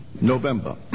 november